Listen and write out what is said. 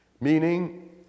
meaning